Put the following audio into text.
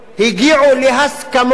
הגיעו להסכמות.